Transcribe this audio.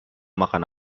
makan